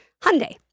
Hyundai